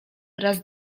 raz